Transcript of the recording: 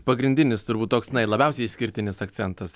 pagrindinis turbūt toks labiausiai išskirtinis akcentas